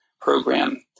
program